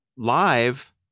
Live